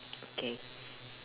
okay